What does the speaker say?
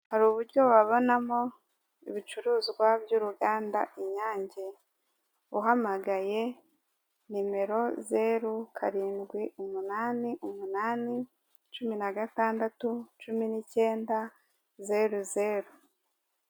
Hari uburyo wabonamo ibicuruzwa by'uruganda inyange uhamagaye nimero zero karindwi umunani umunani cumi na gatandatu cumi n'cyenda zero zero.